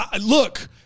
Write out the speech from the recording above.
Look